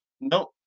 No